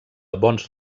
bons